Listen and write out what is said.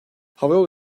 havayolu